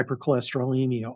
hypercholesterolemia